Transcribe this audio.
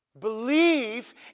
Believe